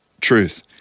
truth